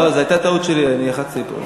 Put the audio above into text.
לא, זו הייתה טעות שלי, אני לחצתי פה.